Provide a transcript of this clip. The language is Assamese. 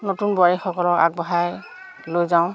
নতুন বোৱাৰীসকলক আগবঢ়াই লৈ যাওঁ